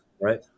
right